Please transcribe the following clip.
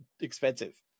expensive